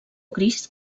gris